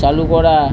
চালু করা